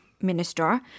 minister